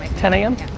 ten a m?